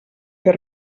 fer